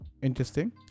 Interesting